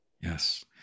yes